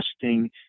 testing